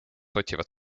otsivad